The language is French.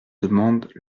demande